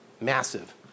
massive